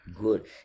good